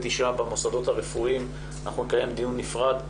אישה במוסדות הרפואיים אנחנו נקיים דיון נפרד,